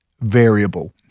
variable